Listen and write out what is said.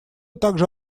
также